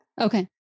Okay